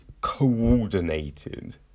coordinated